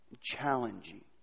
Challenging